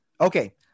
Okay